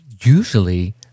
usually